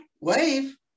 Wave